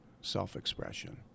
self-expression